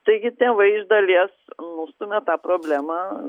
taigi tėvai iš dalies nustumia tą problemą